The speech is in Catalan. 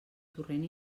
torrent